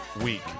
week